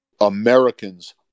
Americans